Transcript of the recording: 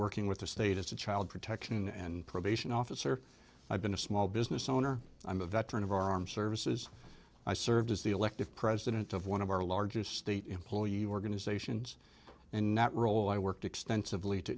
working with the state as a child protection and probation officer i've been a small business owner i'm a veteran of our armed services i served as the elected president of one of our largest state employee organizations in that role i worked extensively to